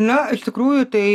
na iš tikrųjų tai